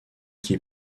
qui